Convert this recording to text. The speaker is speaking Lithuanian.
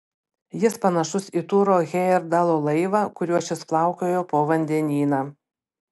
jis panašus į turo hejerdalo laivą kuriuo šis plaukiojo po vandenyną